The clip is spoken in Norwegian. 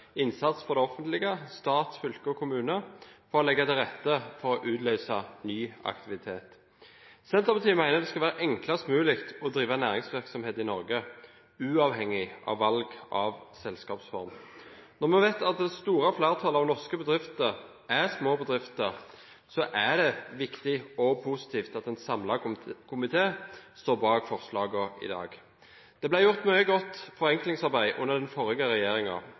innsats fra det offentlige – stat, fylke og kommune – for å legge til rette for å utløse ny aktivitet. Senterpartiet mener det skal være enklest mulig å drive næringsvirksomhet i Norge, uavhengig av valg av selskapsform. Når vi vet at det store flertallet av norske bedrifter er små bedrifter, er det viktig og positivt at en samlet komité står bak forslagene i dag. Det ble gjort mye godt forenklingsarbeid under den forrige